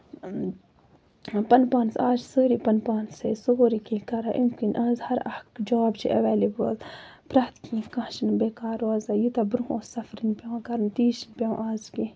اۭں پَنُن پانَس آز چھِ سٲری پَنُن پان سورُے کیٚنٛہہ کران اَمہِ کِنۍ آز ہر اکھ جاب چھُ ایٚولیبٕل پرٮ۪تھ کیٚنٛہہ کانٛہہ چھُنہٕ بیکار روزان یوٗتاہ برونٛہہ اوس سَفرِنٛگ پیٚوان کَرُن تیٖژ چھُنہٕ پیٚوان آز کیٚنٛہہ